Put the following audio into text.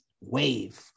wave